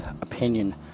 opinion